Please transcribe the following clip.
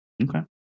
Okay